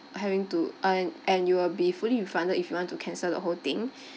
having to and and you will be fully refunded if you want to cancel the whole thing